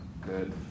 Good